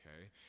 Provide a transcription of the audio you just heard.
Okay